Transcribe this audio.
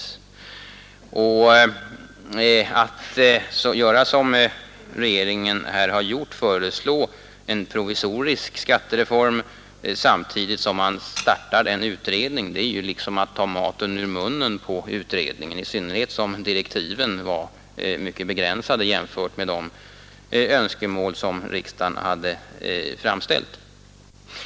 Att göra som regeringen här har gjort — föreslå en provisorisk skattereform samtidigt som man startar en utredning — är ju liksom att ta maten ur munnen på utredningen, i synnerhet som direktiven var mycket begränsade jämfört med de önskemål som riksdagen hade framställt.